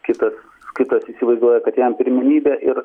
kitas kitas įsivaizduoja kad jam pirmenybė ir